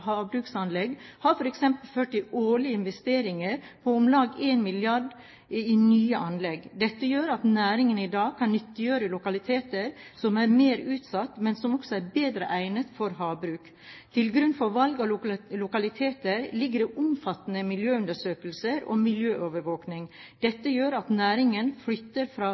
havbruksanlegg har f.eks. ført til årlige investeringer på om lag 1 mrd. kr i nye anlegg. Dette gjør at næringen i dag kan nyttiggjøre lokaliteter som er mer utsatt, men som også er bedre egnet for havbruk. Til grunn for valg av lokaliteter ligger det omfattende miljøundersøkelser og miljøovervåking. Dette gjør at næringen flytter fra